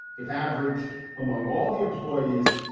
if averaged among all the employees,